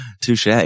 Touche